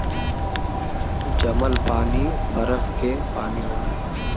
जमल पानी बरफ के पानी होला